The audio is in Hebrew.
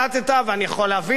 ואני יכול להבין את זה,